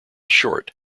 short